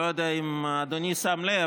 אני לא יודע אם אדוני שם לב,